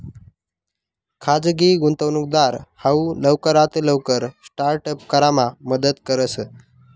खाजगी गुंतवणूकदार हाऊ लवकरात लवकर स्टार्ट अप करामा मदत करस